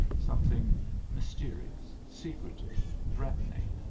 something mysterious, secretive, threatening,